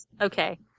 Okay